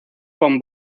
con